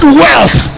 wealth